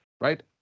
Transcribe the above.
right